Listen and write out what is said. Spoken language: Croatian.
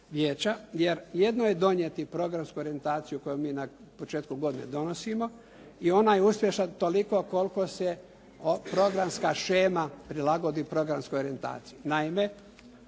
jer jedno je donijeti programsku orijentaciju koju mi na početku godine donosimo i ona je uspješna toliko koliko se programska shema prilagodi programskoj orijentaciji.